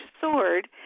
sword